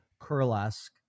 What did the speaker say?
kurlesk